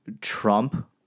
Trump